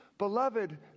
Beloved